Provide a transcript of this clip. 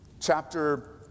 chapter